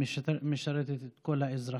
יש ממשלה שמשרתת את כל האזרחים.